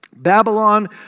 Babylon